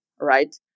right